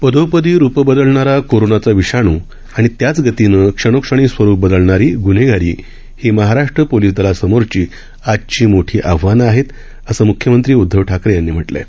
पदोपदी रूपं बदलणारा कोरोनाचा विषाण आणि त्याच गतीनं क्षणोक्षणी स्वरूप बदलणारी गुन्हेगारी ही महाराष्ट्र पोलीस दलासमोरची आजची मोठी आव्हाने आहेत असं म्ख्यमंत्री उद्धव ठाकरे यांनी म्हटलं आहे